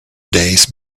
days